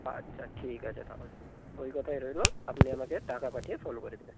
আচ্ছা ঠিক আছে তাহলে ওই কথাই রইল আপনি আমাকে টাকা পাঠিয়ে ফোন করে দেবেন